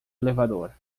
elevador